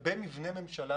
לגבי מבני ממשלה